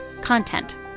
content